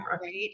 Right